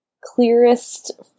clearest